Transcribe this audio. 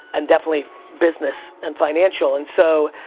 and definitely business and financial. and so